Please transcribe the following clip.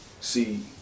see